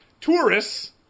tourists